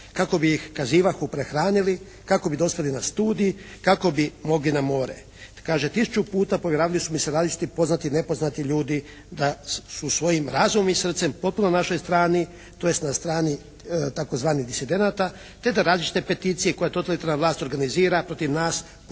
kako bi ih kazivahu prehranili, kako bi dospjeli na studij, kako bi mogli na more. Kaže tisuću puta povjeravali su mi se različiti poznati, nepoznati ljudi da su svojim razumom i srcem potpuno na našoj strani, tj. na strani tzv. dicidenata te da različite peticije koje totalitarna vlast organizira protiv nas